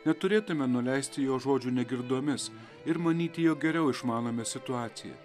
neturėtume nuleisti jo žodžių negirdomis ir manyti jog geriau išmanome situaciją